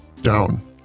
down